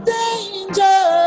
danger